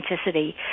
authenticity